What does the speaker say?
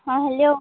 ହଁ ହ୍ୟାଲୋ